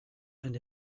and